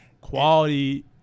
Quality